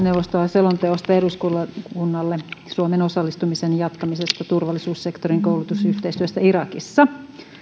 selonteosta eduskunnalle suomen osallistumisen jatkamisesta turvallisuussektorin koulutusyhteistyössä irakissa